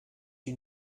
you